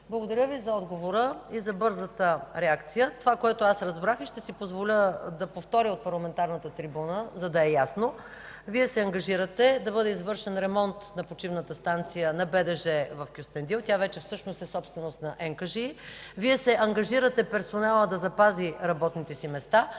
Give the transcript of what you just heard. благодаря Ви за отговора и за бързата реакция. Това, което аз разбрах и ще си позволя да повторя от парламентарната трибуна, за да е ясно, е, че Вие се ангажирате да бъде извършен ремонт на почивната станция на БДЖ в Кюстендил. Тя вече всъщност е собственост на НКЖИ. Вие се ангажирате персоналът да запази работните си места